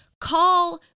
call